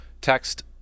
text